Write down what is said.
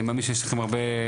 אני מאמין שיש לכם הרבה,